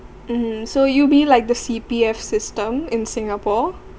mmhmm so it'll be like the C_P_F system in singapore